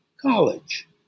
college